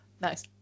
nice